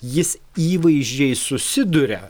jis įvaizdžiais susiduria